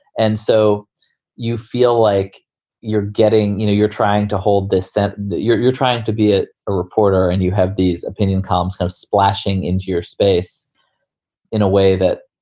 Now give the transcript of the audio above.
and so you feel like you're getting you know, you're trying to hold this sense that you're you're trying to be a reporter and you have these opinion columns kind of splashing into your space in a way that,